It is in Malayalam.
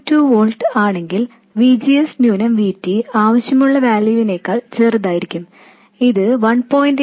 2 വോൾട്ട് ആണെങ്കിൽ V G S V T ആവശ്യമുള്ള വാല്യൂവിനേക്കാൾ ചെറുതായിരിക്കും ഇത് 1